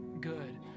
good